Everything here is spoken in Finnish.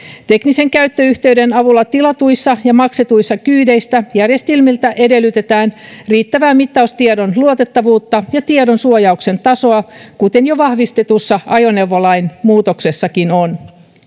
teknisen käyttöyhteyden avulla tilatuissa ja maksetuissa kyydeissä järjestelmiltä edellytetään riittävää mittaustiedon luotettavuutta ja tiedon suojauksen tasoa kuten jo vahvistetussa ajoneuvolain muutoksessakin on